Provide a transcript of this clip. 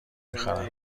میخرم